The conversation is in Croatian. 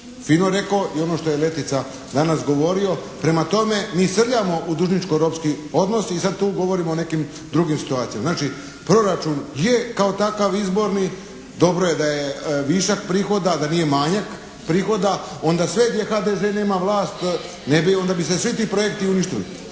fino rekao i ono što Letica danas govorio. Prema tome mi srljamo u dužničko ropski odnos i sada tu govorimo o nekim drugim situacijama. Znači proračun je kao takav izborni, dobro je da je višak prihoda, da nije manjak prihoda onda sve gdje HDZ nema vlast ne bi, onda bi se svi ti projekti uništili,